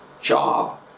job